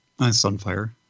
Sunfire